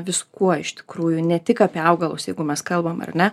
viskuo iš tikrųjų ne tik apie augalus jeigu mes kalbam ar ne